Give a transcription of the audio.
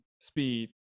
Speed